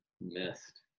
missed